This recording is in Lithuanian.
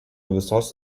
visos